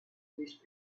these